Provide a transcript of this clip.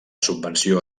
subvenció